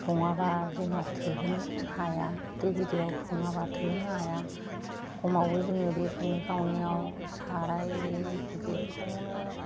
सङाबा जोंहा थोहोनो हाया दो गिदिराव सङाबा थोहोनो हाया खमावबो जोङो बे संनाय खावनायाव साराय गिदिरखौनो